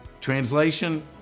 Translation